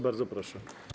Bardzo proszę.